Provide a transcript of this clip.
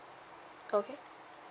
okay